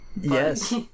Yes